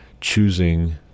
choosing